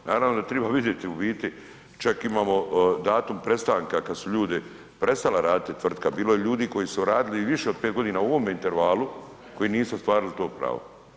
Naravno da treba vidjeti u biti, čak imamo i datum prestanka kad su ljudi, prestala raditi tvrtka, bilo je ljudi koji su radili i više od 5 godina u ovom intervalu koji nisu ostvarili to pravo.